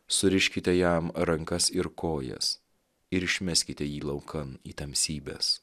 suriškite jam rankas ir kojas ir išmeskite jį laukan į tamsybes